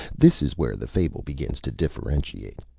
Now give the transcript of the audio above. this is where the fable begins to differentiate.